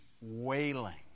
wailing